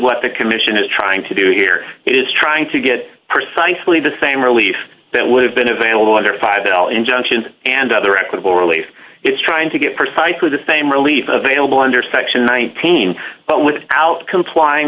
what the commission is trying to do here is trying to get precisely the same relief that would have been available under five l injunctions and other equitable relief it's trying to get precisely the same relief available under section nineteen but without complying